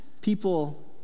people